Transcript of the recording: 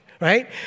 right